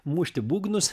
mušti būgnus